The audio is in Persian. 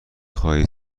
خواهی